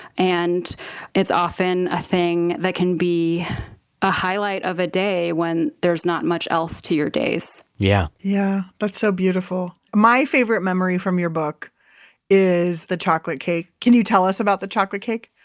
and it's often a thing that can be a highlight of a day when there's not much else to your days yeah that's yeah but so beautiful. my favorite memory from your book is the chocolate cake can you tell us about the chocolate cake?